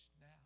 now